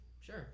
Sure